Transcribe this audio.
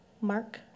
Mark